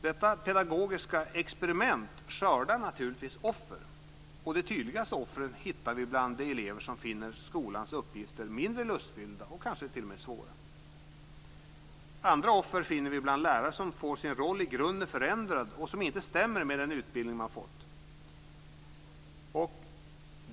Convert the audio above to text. Detta pedagogiska experiment skördar naturligtvis offer, och de tydligaste offren hittar vi bland de elever som finner skolans uppgifter mindre lustfyllda och kanske t.o.m. svåra. Andra offer finner vi bland lärare som får sin roll i grunden förändrad och som inte stämmer med den utbildning man fått.